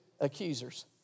accusers